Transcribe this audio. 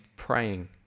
praying